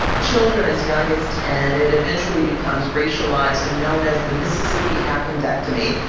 children as young as ten, it eventually becomes racialized and known as the mississippi appendectomy.